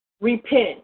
repent